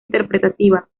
interpretativa